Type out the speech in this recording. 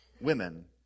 women